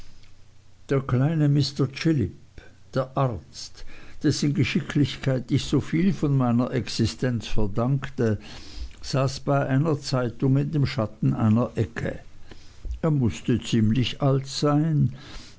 der kleine mr chillip der arzt dessen geschicklichkeit ich soviel von meiner existenz verdankte saß bei einer zeitung in dem schatten einer ecke er mußte ziemlich alt sein